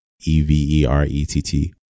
E-V-E-R-E-T-T